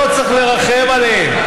לא צריך לרחם עליהם.